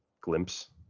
glimpse